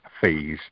phase